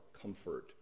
Comfort